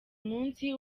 munsi